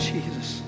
Jesus